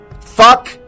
Fuck